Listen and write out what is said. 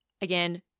Again